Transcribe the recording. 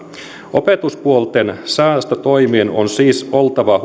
opetuspuolen säästötoimien on siis oltava